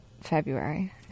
February